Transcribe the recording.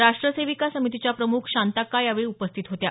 राष्ट्र सेविका समितीच्या प्रमुख शांताक्का यावेळी उपस्थित होत्या